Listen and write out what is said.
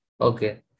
Okay